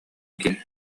киһи